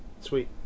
Sweet